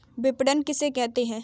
विपणन किसे कहते हैं?